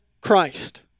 Christ